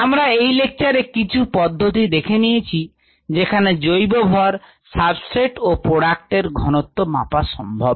আমরা এই লেকচারে কিছু পদ্ধতি দেখে নিয়েছি যেখানে জৈব ভর সাবস্ট্রেট এবং প্রোডাক্ট এর ঘনত্ব মাপা সম্ভব